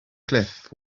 cliff